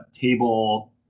table